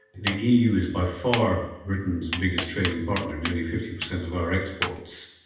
the eu is by far britain's biggest trading partner, nearly fifty percent of our exports,